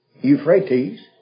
Euphrates